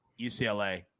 UCLA